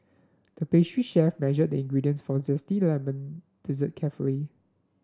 the pastry chef measured the ingredients for a zesty lemon dessert carefully